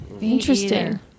Interesting